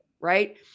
right